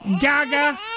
gaga